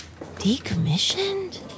Decommissioned